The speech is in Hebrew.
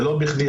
ולא בכדי.